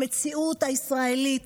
המציאות הישראלית,